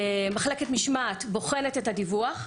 מחלקת משמעת בוחנת את הדיווח,